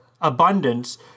abundance